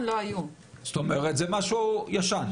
זאת אומרת זה משהו ישן.